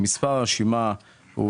מס' הרשימה הוא